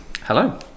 Hello